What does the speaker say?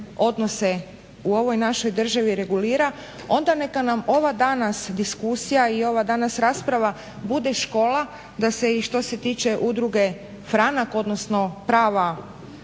odnose u ovoj našoj državi regulira, onda neka nam ova danas diskusija i ova danas rasprava bude škola da se i što se tiče udruge Franak odnosno prava